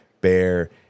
Bear